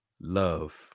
love